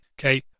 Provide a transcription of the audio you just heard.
Okay